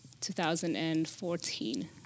2014